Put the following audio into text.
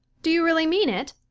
do you really mean it?